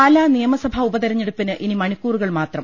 പാലാ നിയമസഭാ ഉപതിരഞ്ഞെടുപ്പിന് ഇനി മണിക്കൂ റുകൾ മാത്രം